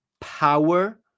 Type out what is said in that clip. power